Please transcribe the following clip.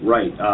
Right